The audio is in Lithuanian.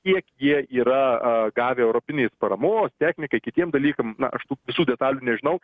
kiek jie yra gavę europinės paramos technikai kitiems dalykam na aš tų visų detalių nežinau